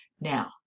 Now